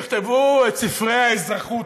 שכתבו את ספרי האזרחות.